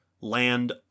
land